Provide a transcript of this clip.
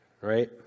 right